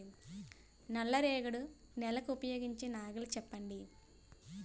నల్ల రేగడి నెలకు ఉపయోగించే నాగలి చెప్పండి?